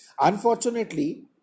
Unfortunately